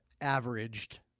averaged